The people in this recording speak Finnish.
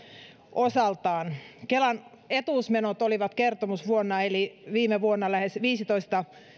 osaltaan kelan etuusmenot olivat kertomusvuonna eli viime vuonna lähes viisitoista